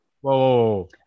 whoa